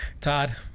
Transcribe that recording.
Todd